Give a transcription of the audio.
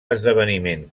esdeveniment